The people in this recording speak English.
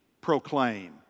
proclaim